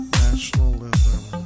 nationalism